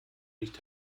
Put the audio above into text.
nicht